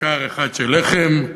כיכר אחת של לחם,